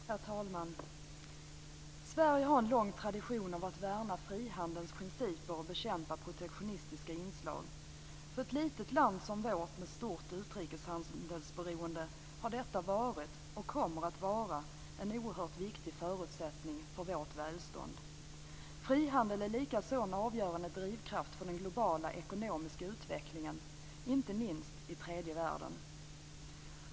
Herr talman! Sverige har en lång tradition av att värna frihandelns principer och bekämpa protektionistiska inslag. För ett litet land som vårt, med stort utrikeshandelsberoende, har detta varit - och kommer att vara - en oerhört viktig förutsättning för vårt välstånd. Frihandel är likaså en avgörande drivkraft för den globala ekonomiska utvecklingen, inte minst i tredje världen.